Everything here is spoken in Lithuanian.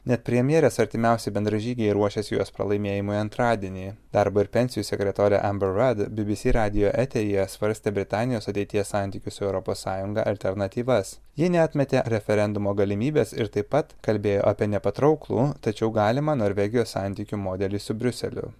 net premjerės artimiausi bendražygiai ruošiasi jos pralaimėjimui antradienį darbo ir pensijų sekretorė aber rad bbc radijo eteryje svarstė britanijos ateities santykių su europos sąjunga alternatyvas ji neatmetė referendumo galimybės ir taip pat kalbėjo apie nepatrauklų tačiau galimą norvegijos santykių modelį su briuseliu